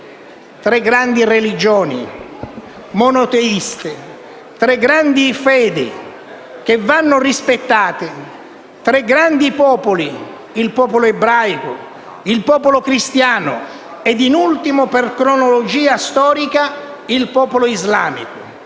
Tre grandi religioni monoteiste; tre grandi fedi, che vanno rispettate; tre grandi popoli, il popolo ebraico, il popolo cristiano e, in ultimo per cronologia storica, il popolo islamico.